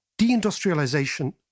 deindustrialization